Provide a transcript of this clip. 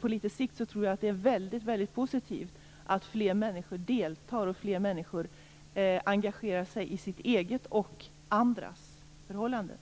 På litet sikt tror jag att det är väldigt positivt att fler människor deltar och engagerar sig i sitt eget och andras förhållande.